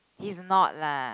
he's not lah